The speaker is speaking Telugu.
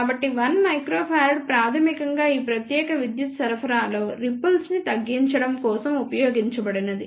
కాబట్టి 1uF ప్రాథమికంగా ఈ ప్రత్యేక విద్యుత్ సరఫరాలో రిపుల్స్ ని తగ్గించడం కోసం ఉపయోగించబడినది